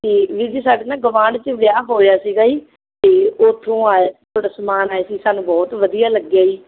ਅਤੇ ਵੀਰ ਜੀ ਸਾਡੇ ਨਾ ਗਵਾਂਢ 'ਚ ਵਿਆਹ ਹੋਇਆ ਸੀਗਾ ਜੀ ਅਤੇ ਉੱਥੋਂ ਆਏ ਤੁਹਾਡਾ ਸਮਾਨ ਆਇਆ ਸੀ ਸਾਨੂੰ ਬਹੁਤ ਵਧੀਆ ਲੱਗਿਆ ਜੀ